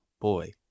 boy